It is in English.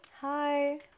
Hi